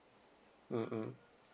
mmhmm